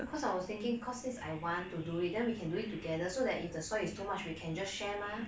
cause I was thinking cause since I want to do it then we can do it together so that if the soil is too much then we can just share mah